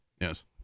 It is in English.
yes